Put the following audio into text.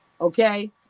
Okay